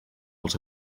els